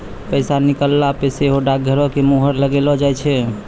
पैसा निकालला पे सेहो डाकघरो के मुहर लगैलो जाय छै